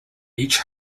each